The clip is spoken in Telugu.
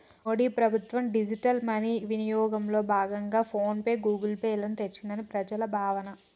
మోడీ ప్రభుత్వం డిజిటల్ మనీ వినియోగంలో భాగంగా ఫోన్ పే, గూగుల్ పే లను తెచ్చిందని ప్రజల భావన